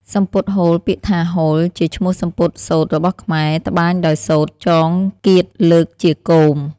សំពត់ហូល ពាក្យថា«ហូល» ជាឈ្មោះសំពត់សូត្ររបស់ខ្មែរ ត្បាញដោយសូត្រចងគាធលើកជាគោម។